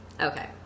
Okay